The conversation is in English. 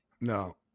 no